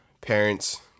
parents